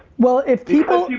well, if people,